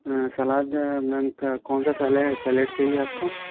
सलाद ma'am कौनसा salad salad चाहिए आपको